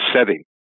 setting